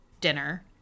dinner